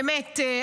באמת,